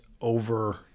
over